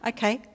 Okay